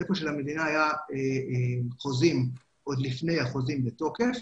היכן שלמדינה היו חוזים עוד לפני החוזים בתוקף,